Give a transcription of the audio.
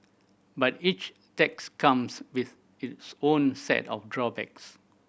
but each tax comes with its own set of drawbacks